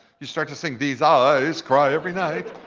you start to sing, these eyes cry every night.